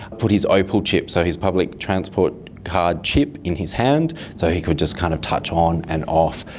ah put his opal chip, so his public transport card chip in his hand so he could just kind of touch on and off.